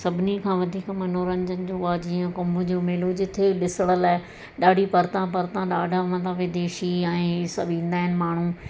सभिनी खां वधीक मनोरंजन जो आहे जीअं कुंभ जो मेलो जिते ॾिसण लाइ ॾाढी परिता परिता ॾाढा मतिलबु विदेशी ऐं इहे सभु ईंदा आहिनि माण्हू